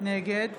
נגד